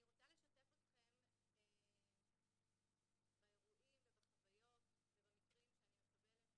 אני רוצה לשתף אתכם באירועים ובחוויות ובמקרים שאני מקבלת